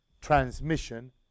transmission